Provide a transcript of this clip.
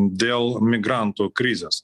dėl migrantų krizės